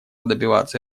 добиваться